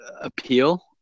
appeal